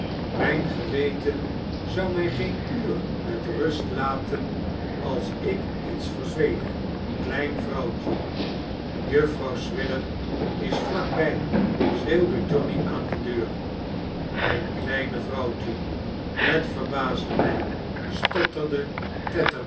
mijn geweten zou mij geen uur met rust laten als ik iets verzweeg klein vrouwtje juffrouw swidger is vlak bij i schreeuwde johnny aan de deur mijn kleine vrouwtje het verbaasde mij stotterde